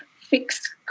fixed